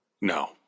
No